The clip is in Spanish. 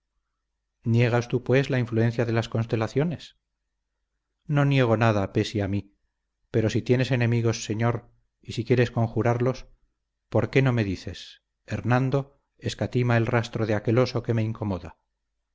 niegas tú pues la influencia de las constelaciones no niego nada pesia mí pero si tienes enemigos señor y si quieres conjurarlos por qué no me dices hernando escatima el rastro de aquel oso que me incomoda